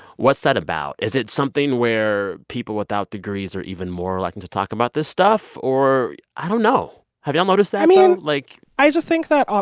what's that about? is it something where people without degrees are even more likely to talk about this stuff, or i don't know. have y'all noticed that, though? i mean. like. i just think that,